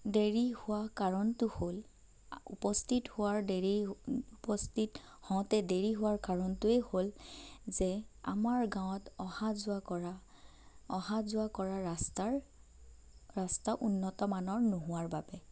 দেৰী হোৱা কাৰণটো হ'ল উপস্থিত হোৱাৰ দেৰি উপস্থিত হওঁতে দেৰী হোৱাৰ কাৰণটোৱে হ'ল যে আমাৰ গাঁৱত অহা যোৱা কৰা অহা যোৱা কৰা ৰাস্তাৰ ৰাস্তা উন্নত মানৰ নোহোৱাৰ বাবে